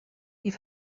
die